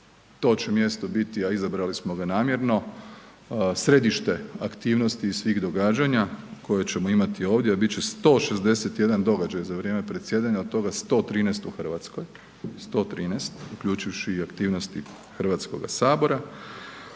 to će mjesto biti, a izabrali smo ga namjerno, središte aktivnosti i svih događanja koje ćemo imati ovdje, a bit će 161 događaj za vrijeme predsjedanja, od toga 113 u RH, 113 uključivši i aktivnosti HS.